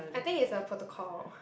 I think it's a protocol